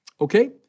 Okay